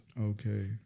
Okay